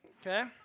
Okay